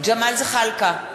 ג'מאל זחאלקה,